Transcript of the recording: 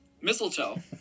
mistletoe